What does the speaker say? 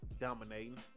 dominating